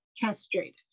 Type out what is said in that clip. castrated